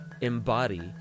embody